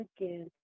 again